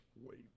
wait